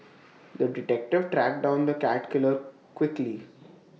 the detective tracked down the cat killer quickly